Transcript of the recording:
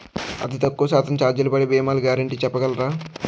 అతి తక్కువ శాతం ఛార్జీలు పడే భీమాలు గ్యారంటీ చెప్పగలరా?